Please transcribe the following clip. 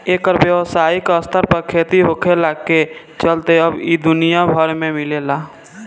एकर व्यावसायिक स्तर पर खेती होखला के चलते अब इ दुनिया भर में मिलेला